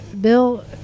Bill